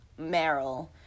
Meryl